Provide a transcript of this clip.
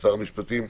לשר המשפטים: